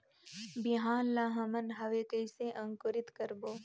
बिहान ला हमन हवे कइसे अंकुरित करबो?